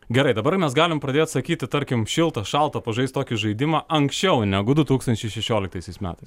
gerai dabar mes galim pradėt sakyti tarkim šilta šalta pažaist tokį žaidimą anksčiau negu du tūkstančiai šešioliktaisiais metais